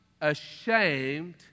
ashamed